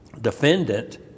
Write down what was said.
defendant